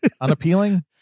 unappealing